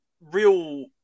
real